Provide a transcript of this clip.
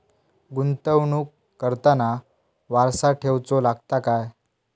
गुंतवणूक करताना वारसा ठेवचो लागता काय?